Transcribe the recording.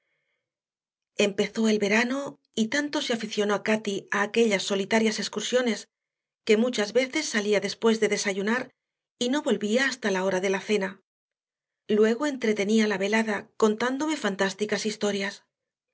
empezó el verano y tanto se aficionó cati a aquellas solitarias excursiones que muchas veces salía después de desayunar y no volvía hasta la hora de la cena luego entretenía la velada contándome fantásticas historias